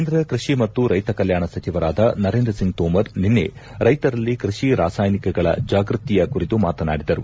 ಕೇಂದ್ರ ಕೃಷಿ ಮತ್ತು ರೈತ ಕಲ್ಯಾಣ ಸಚಿವರಾದ ನರೇಂದ್ರ ಸಿಂಗ್ ತೋಮರ್ ನಿನ್ನೆ ರೈತರಲ್ಲಿ ಕೃಷಿ ರಾಸಾಯನಿಕಗಳ ಜಾಗೃತಿಯ ಕುರಿತು ಮಾತನಾಡಿದರು